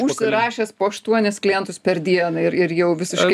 užsirašęs po aštuonis klientus per dieną ir ir jau visiškai